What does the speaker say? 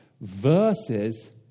versus